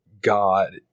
God